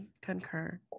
concur